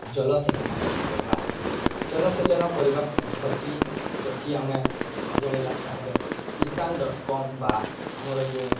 ଜଳସେଚନ କରିପାରିବା ଜଳସେଚନ କରିବା ପଦ୍ଧତି ଯଦି ଆମେ ନ ଜାଣିଲା ତାହେଲେ କିଷାନ ଡଟ୍ କମ୍ ବା ଆମର ଯେଉଁ